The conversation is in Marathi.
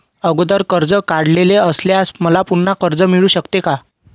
अगोदर कर्ज काढलेले असल्यास मला पुन्हा कर्ज मिळू शकते का?